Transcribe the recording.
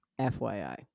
FYI